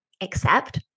accept